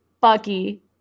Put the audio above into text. Bucky